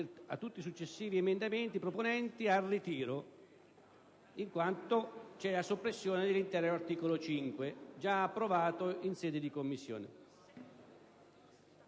di tutti i successivi emendamenti a ritirarli, in quanto c'è la soppressione dell'intero articolo 5, già approvato in sede di Commissione.